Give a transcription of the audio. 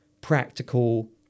practical